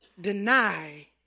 deny